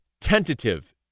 tentative